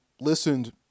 listened